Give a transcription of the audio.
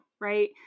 Right